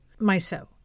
MISO